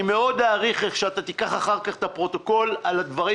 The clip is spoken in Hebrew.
אני מאוד אעריך איך שאתה תיקח אחר כך את הפרוטוקול על הדברים